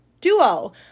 duo